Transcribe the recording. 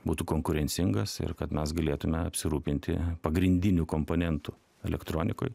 būtų konkurencingas ir kad mes galėtume apsirūpinti pagrindinių komponentų elektronikoj